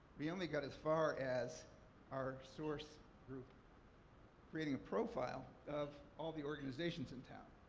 we only got as far as our source group creating a profile of all the organizations in town.